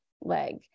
leg